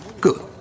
Good